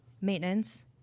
maintenance